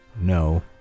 No